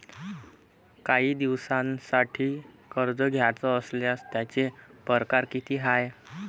कायी दिसांसाठी कर्ज घ्याचं असल्यास त्यायचे परकार किती हाय?